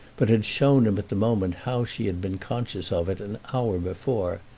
but had shown him at the moment how she had been conscious of it an hour before,